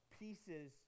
pieces